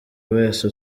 wese